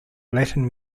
latin